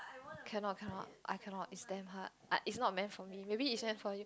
cannot cannot I cannot it's damn hard I it's not meant for me maybe it's meant for you